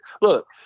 look